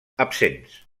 absents